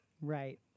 Right